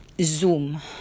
Zoom